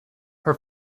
her